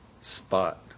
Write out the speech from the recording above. spot